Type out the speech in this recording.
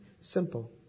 Simple